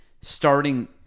starting